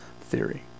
theory